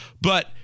but-